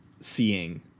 seeing